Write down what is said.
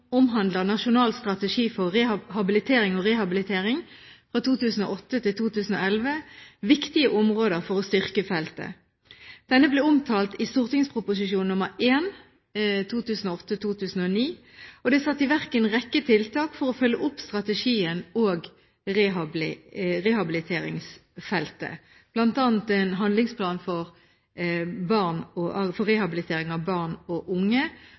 Nasjonal strategi for habilitering og rehabilitering 2008–2011 viktige områder for å styrke feltet. Denne ble omtalt i St.prp. nr. 1 for 2007–2008. Det er satt i verk en rekke tiltak for å følge opp strategien og rehabiliteringsfeltet, bl.a. en handlingsplan for rehabilitering av barn og